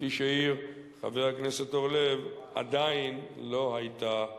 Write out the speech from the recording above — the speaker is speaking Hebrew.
כפי שהעיר חבר הכנסת אורלב, עדיין לא היתה לחוק.